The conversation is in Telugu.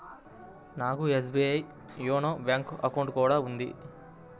నాకు ఎస్బీఐ యోనో బ్యేంకు అకౌంట్ కూడా ఉంది